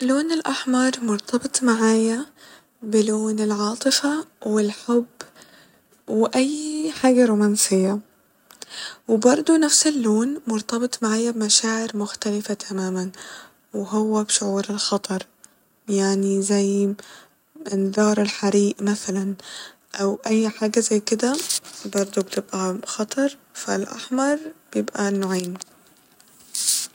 لون الأحمر مرتبط معايا بلون العاطفة والحب وأي حاجة رومانسية وبرضه نفس اللون مرتبط معايا بمشاعر مختلفة تماما وهو بشعور الخطر يعني زي انذار الحريق مثلا أو أي حاجة زي كده برضه بتبقى خطر فالأحمر بيبقى النوعين